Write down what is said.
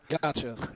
Gotcha